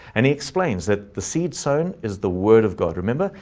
and he explains that the seed sown is the word of god. remember,